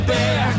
Bear